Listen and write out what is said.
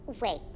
Wait